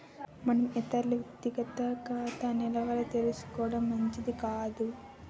మనం ఇతరుల వ్యక్తిగత ఖాతా నిల్వలు తెలుసుకోవడం మంచిది కాదు